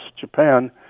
Japan